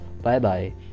Bye-bye